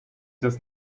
das